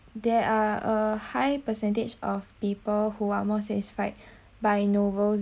there are a high percentage of people who are more satisfied by novels